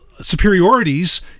superiorities